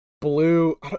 blue